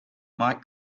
mike